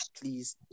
please